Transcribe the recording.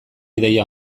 ideia